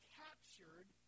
captured